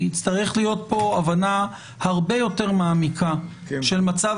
תצטרך להיות פה הבנה הרבה יותר מעמיקה של מצב